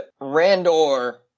Randor